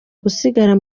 gusigara